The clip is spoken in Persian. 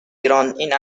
ایران، این